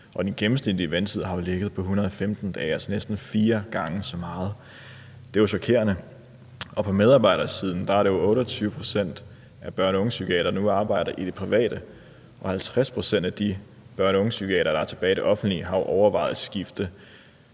og den gennemsnitlige ventetid har ligget på 115 dage, altså næsten fire gange så meget. Det er jo chokerende. Og på medarbejdersiden er det 28 pct. af børne- og ungepsykiaterne, der nu arbejder i det private, og 50 pct. af de børne- og ungepsykiatere, der er tilbage i det offentlige, har overvejet at skifte